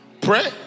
Pray